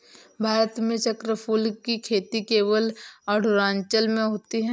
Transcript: भारत में चक्रफूल की खेती केवल अरुणाचल में होती है